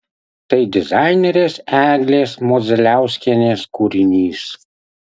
tai dizainerės eglės modzeliauskienės kūrinys